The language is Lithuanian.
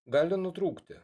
gali nutrūkti